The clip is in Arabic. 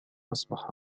أصبح